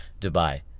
dubai